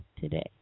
today